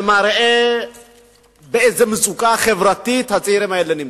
זה מראה באיזו מצוקה חברתית הצעירים האלה נמצאים,